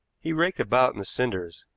he raked about in the cinders,